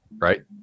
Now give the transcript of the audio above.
right